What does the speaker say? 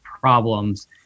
problems